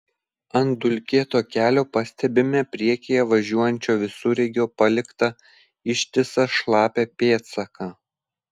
ant dulkėto kelio pastebime priekyje važiuojančio visureigio paliktą ištisą šlapią pėdsaką